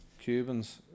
Cubans